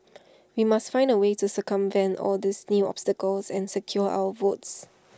we must find A way to circumvent all these new obstacles and secure our votes